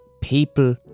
people